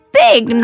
big